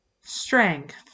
strength